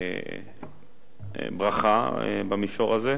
ברכה במישור הזה.